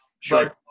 Sure